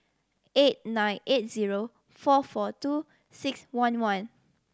eight nine eight zero four four two six one one